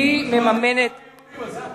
זה המקום היחיד בעולם,